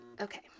Okay